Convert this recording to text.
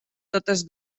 totes